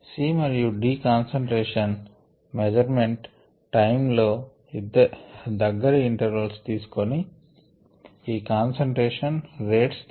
C మరియు D concentration measurement time లో దగ్గరి ఇంటర్వల్స్ గా తీసుకొని ఈ కాన్సంట్రేషన్ రేట్స్ తెలుసుకోవచ్చు